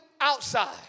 outside